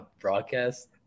broadcast